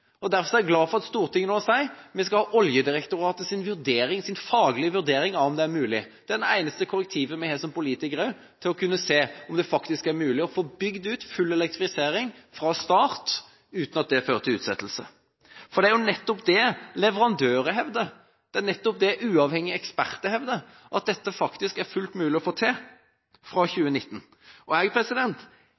annet. Derfor er jeg glad for at Stortinget nå sier at vi skal ha Oljedirektoratets faglige vurdering av om det er mulig. Det er også det eneste korrektivet vi har som politikere til å kunne se om det faktisk er mulig å få bygd ut full elektrifisering fra start, uten at det fører til utsettelse. For det er jo nettopp det leverandører hevder, det er nettopp det uavhengige eksperter hevder, at dette faktisk er fullt mulig å få til fra 2019. Og jeg